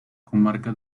comarca